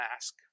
ask